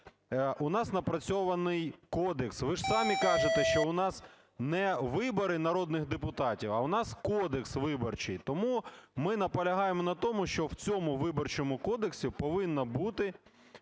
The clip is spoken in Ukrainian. У нас напрацьований кодекс. Ви ж самі кажете, що у нас не вибори народних депутатів, а в нас кодекс Виборчий. Тому ми наполягаємо на тому, що в цьому Виборчому кодексі повинна бути